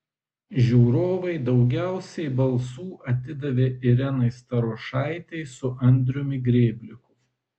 žiūrovai daugiausiai balsų atidavė irenai starošaitei su andriumi grėbliku